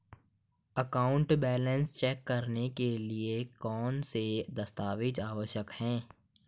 Account balance check करने के लिए कौनसे दस्तावेज़ आवश्यक हैं?